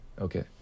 okay